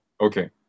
Okay